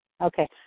Okay